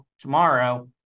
tomorrow